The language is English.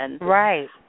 Right